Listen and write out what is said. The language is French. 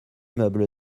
meuble